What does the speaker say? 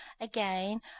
again